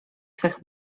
swych